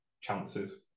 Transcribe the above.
chances